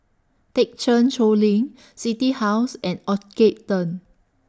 Thekchen Choling City House and Orchard Turn